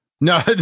No